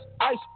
ice